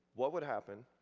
what would happen,